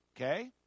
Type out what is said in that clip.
Okay